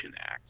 Act